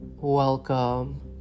welcome